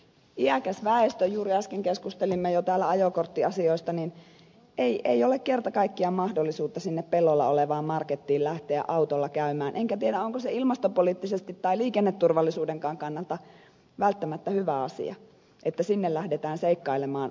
iäkkäällä väestöllä juuri äsken keskustelimme jo täällä ajokorttiasioista ei ole kerta kaikkiaan mahdollisuutta sinne pellolla olevaan markettiin lähteä autolla käymään enkä tiedä onko se ilmastopoliittisesti tai liikenneturvallisuudenkaan kannalta välttämättä hyvä asia että sinne lähdetään seikkailemaan ostosten perässä